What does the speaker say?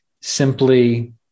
simply